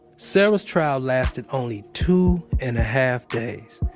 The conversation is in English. sara's trial lasted only two and a half days.